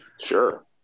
sure